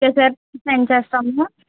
okay sir send చేస్తాము